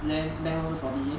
then bank loan 是 forty year